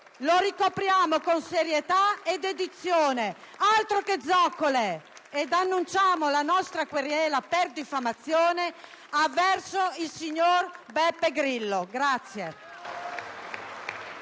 che ricopriamo con serietà e dedizione, altro che zoccole! Annunciamo la nostra querela per diffamazione avverso il signor Beppe Grillo.